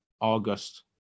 August